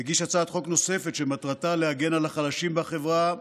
והגיש הצעת חוק נוספת שמטרתה להגן על החלשים בחברה,